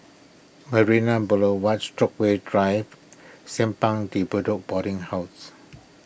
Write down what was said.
Marina Boulevard Stokesay Drive Simpang De Bedok Boarding House